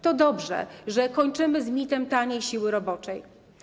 To dobrze, że kończymy z mitem taniej siły roboczej.